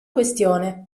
questione